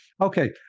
Okay